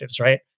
right